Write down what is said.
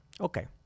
Okay